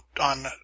on